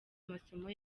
masomo